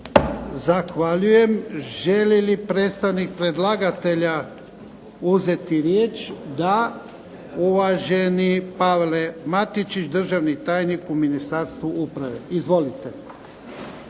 Zahvaljujem. Želi li predstavnik predlagatelja uzeti riječ? Uvaženi Pavle Matičić, državni tajnik u Ministarstvu uprave. Izvolite.